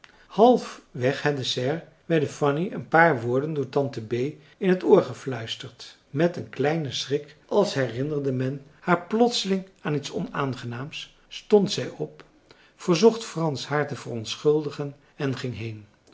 halfweg het dessert werden fanny een paar woorden door tante bee in het oor gefluisterd met een kleinen schrik als herinnerde men haar plotseling aan iets onaangenaams stond zij op verzocht frans haar te verontschuldigen en ging heen